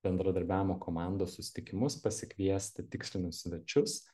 bendradarbiavimo komandos susitikimus pasikviesti tikslinius svečius